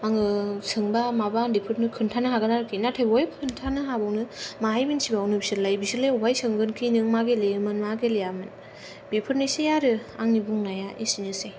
आङो सोंबा माबा उन्दैफोरनो खोन्थानो हागोन आरोखि नाथाय अबावहाय खिन्थानो हाबावनो माहाय मिन्थिबावनो बिसोरलाय बिसोरलाय अबेयावहाय सोंगोनखाय नों मा गेलेयोमोन मा गेलेयामोन बेफोरनोसै आरो आंनि बुंनाया एसेनोसै